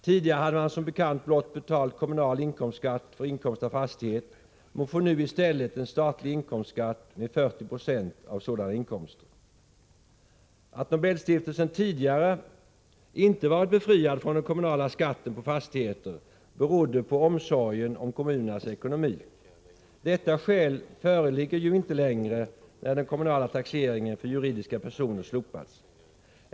Tidigare hade man som bekant blott betalat kommunal inkomstskatt för inkomst av fastighet men får nu i stället en statlig inkomstskatt med 40 26 på sådana inkomster. Att Nobelstiftelsen tidigare inte var befriad från den kommunala skatten på fastigheter berodde på omsorgen om kommunernas ekonomi. Detta skäl föreligger ju inte längre när den kommunala taxeringen för juridiska personer slopats.